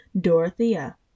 Dorothea